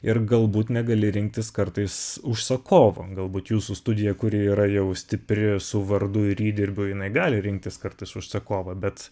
ir galbūt negali rinktis kartais užsakovo galbūt jūsų studija kuri yra jau stipri su vardu ir įdirbiu jinai gali rinktis kartais užsakovą bet